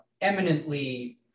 eminently